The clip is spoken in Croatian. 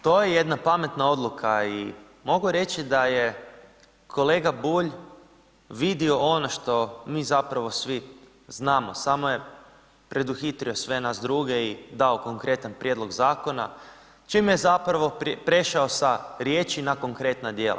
To je jedna pametna odluka i mogu reći da je kolega Bulj vidio ono što mi zapravo svi znamo, samo je preduhitrio sve nas druge i dao konkretan prijedlog zakona, čime je zapravo prešao sa riječi na konkretna djela.